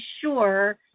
sure